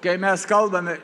kai mes kalbame